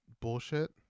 Bullshit